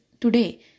today